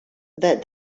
that